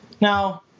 Now